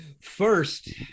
First